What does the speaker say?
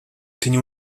tinha